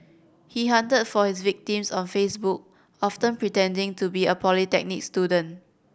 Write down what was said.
he hunted for his victims on Facebook often pretending to be a polytechnic student